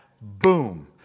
boom